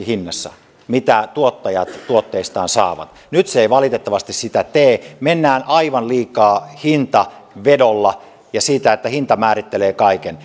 hinnassa mitä tuottajat tuotteistaan saavat nyt se ei valitettavasti sitä tee mennään aivan liikaa hintavedolla ja sillä että hinta määrittelee kaiken